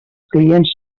clients